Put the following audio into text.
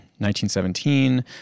1917